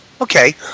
Okay